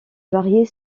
varier